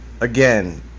again